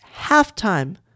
halftime